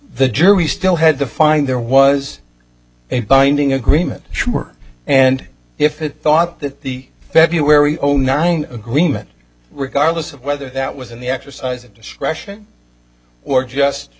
the jury still had to find there was a binding agreement should work and if it thought that the february zero nine agreement regardless of whether that was in the exercise of discretion or just